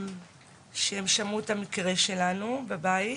שהם שמעו את המקרה שלנו, בבית,